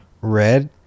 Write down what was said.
Red